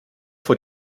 vor